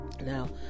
now